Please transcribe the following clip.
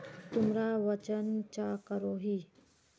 तुमरा वजन चाँ करोहिस?